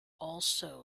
also